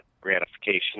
gratification